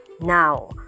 Now